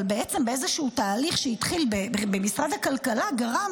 אבל איזשהו תהליך שהתחיל במשרד הכלכלה גרם